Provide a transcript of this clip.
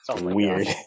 weird